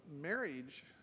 marriage